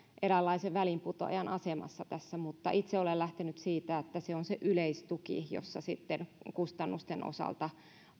eräänlaisen väliinputoajan asemassa tässä mutta itse olen lähtenyt siitä että se on se yleistuki jolla sitten kustannusten osalta